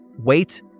wait